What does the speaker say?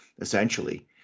essentially